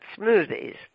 smoothies